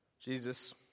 Jesus